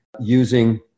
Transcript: using